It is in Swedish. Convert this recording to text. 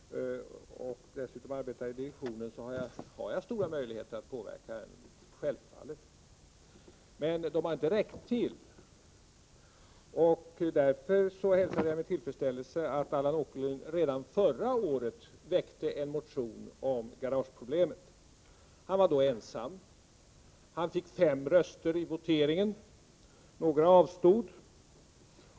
Herr talman! Olle Svensson är förvånad över att jag som är vice ordförande i förvaltningsstyrelsen yrkar bifall till Allan Åkerlinds motion. Nu får jag meddela Olle Svensson, att tack vare att jag är vice ordförande och dessutom arbetar i direktionen, har jag självfallet stora möjligheter att påverka besluten. Men dessa möjligheter har inte räckt till. Därför hälsade jag med tillfredsställelse att Allan Åkerlind redan förra året väckte en motion om garageproblemet. Han var då ensam. Han fick fem röster i voteringen. Några avstod.